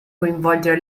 coinvolgere